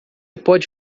pode